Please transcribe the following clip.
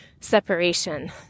separation